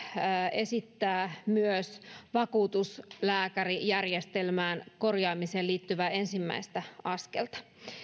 esittää myös vakuutuslääkärijärjestelmän korjaamiseen liittyvää ensimmäistä askelta